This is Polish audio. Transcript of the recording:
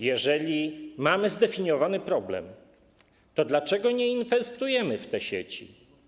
Jeżeli mamy zdefiniowany problem, to dlaczego nie inwestujemy w te sieci?